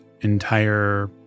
entire